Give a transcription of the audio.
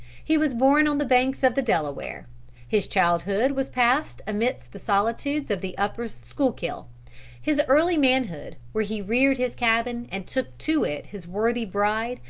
he was born on the banks of the delaware his childhood was passed amidst the solitudes of the upper skuylkill his early manhood, where he reared his cabin and took to it his worthy bride,